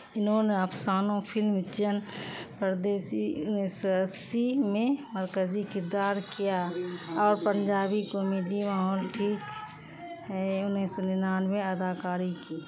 انہوں نے افسانوں فلم چن پردیسی انیس سو اسی میں مرکزی کردار کیا اور پنجابی کامیڈی ماحول کی ہے انیس سو نناوے اداکاری کی